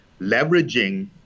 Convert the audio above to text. leveraging